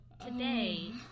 today